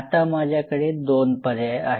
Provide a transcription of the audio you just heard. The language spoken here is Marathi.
आता माझ्याकडे दोन पर्याय आहेत